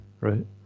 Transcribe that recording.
right